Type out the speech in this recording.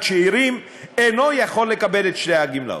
שאירים אינו יכול לקבל את שתי הגמלאות,